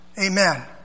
Amen